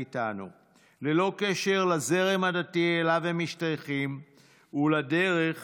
ללא קשר לזרם הדתי שאליו הם משתייכים ולדרך